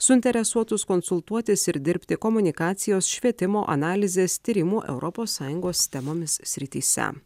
suinteresuotus konsultuotis ir dirbti komunikacijos švietimo analizės tyrimų europos sąjungos temomis srityse